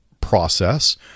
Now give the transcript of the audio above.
process